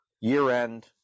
year-end